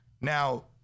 now